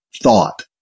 thought